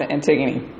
Antigone